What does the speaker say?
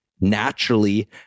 naturally